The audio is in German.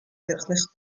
wirklich